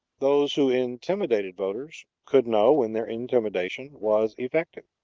those who intimidated voters could know when their intimidation was effective.